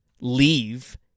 leave